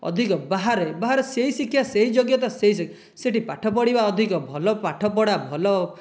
ଅଧିକ ବାହାରେ ବାହାରେ ସେହି ଶିକ୍ଷା ସେହି ଯୋଗ୍ୟତା ସେହି ସେଇଠି ପାଠ ପଢ଼ିବା ଅଧିକ ଭଲ ପାଠପଢ଼ା ଭଲ